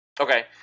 Okay